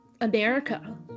America